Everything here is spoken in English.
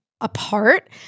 Apart